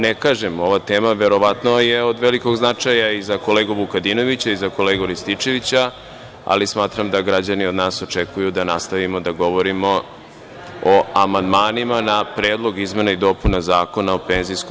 Ne kažem, ova tema je verovatno od velikog značaja i za kolegu Vukadinovića i za kolegu Rističevića, ali smatram da građani od nas očekuju da nastavimo da govorimo o amandmanima na Predlog izmena i dopuna Zakona o PIO.